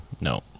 no